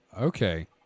Okay